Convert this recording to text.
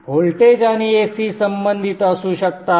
voltage आणि AC संबंधित असू शकतात